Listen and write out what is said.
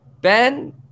Ben